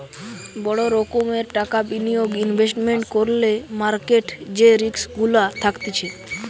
বড় রোকোমের টাকা বিনিয়োগ ইনভেস্টমেন্ট করলে মার্কেট যে রিস্ক গুলা থাকতিছে